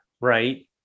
Right